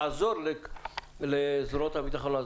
לעזור לזרועות הביטחון,